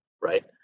Right